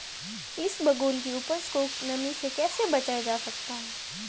इसबगोल की उपज को नमी से कैसे बचाया जा सकता है?